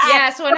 Yes